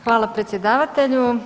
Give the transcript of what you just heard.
Hvala predsjedavatelju.